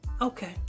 Okay